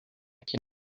can